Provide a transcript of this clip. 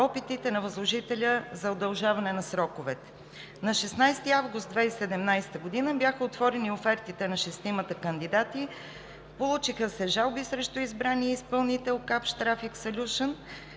опитите на възложителя за удължаване на сроковете. На 16 август 2017 г. бяха отворени офертите на шестимата кандидати. Получиха се жалби срещу избрания изпълнител „Капш Трафик